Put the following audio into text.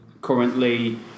currently